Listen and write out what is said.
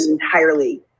entirely